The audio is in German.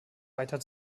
weiter